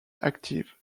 active